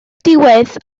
diwedd